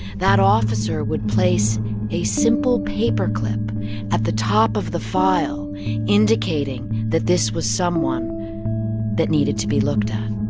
that officer would place a simple paper clip at the top of the file indicating that this was someone that needed to be looked at